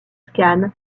khan